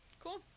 Cool